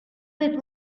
with